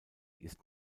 ist